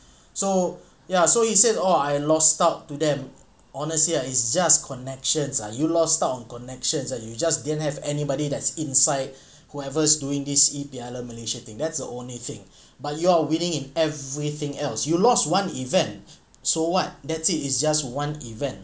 so ya so he said oh I lost out to them honestly ah it's just connections ah you lost [tau] on connections ah that you just didn't have anybody that's inside whoever's doing this E piala malaysia thing that's the only thing but you're winning in everything else you lost one event so what that's it is just one event